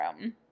room